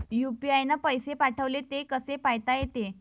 UPI न पैसे पाठवले, ते कसे पायता येते?